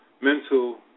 mental